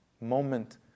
moment